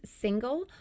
single